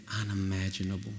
unimaginable